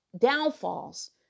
downfalls